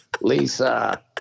Lisa